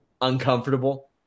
uncomfortable